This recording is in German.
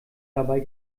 dabei